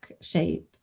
shape